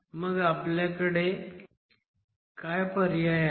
मग आपल्याकडे काय पर्याय आहेत